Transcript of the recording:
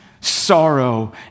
sorrow